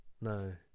No